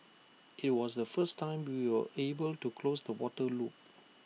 IT was the first time we were able to close the water loop